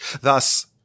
Thus